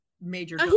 major